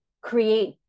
create